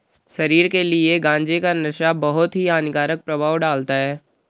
शरीर के लिए गांजे का नशा बहुत ही हानिकारक प्रभाव डालता है